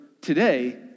today